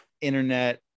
internet